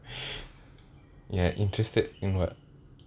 interested in what